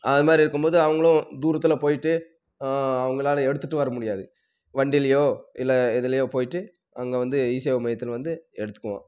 அதுமாதிரி இருக்கும்போது அவங்களும் தூரத்தில் போய்ட்டு அவங்களால எடுத்துட்டு வரமுடியாது வண்டியிலயோ இல்லை எதிலையோ போய்ட்டு அங்கே வந்து இசேவை மையத்தில் வந்து எடுத்துக்குவோம்